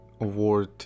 award